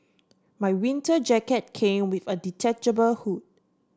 my winter jacket came with a detachable hood